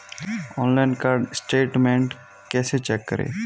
Online card statement कैसे check करें?